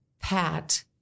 Pat—